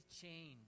change